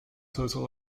total